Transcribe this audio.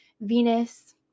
Venus